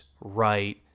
right